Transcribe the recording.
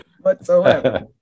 whatsoever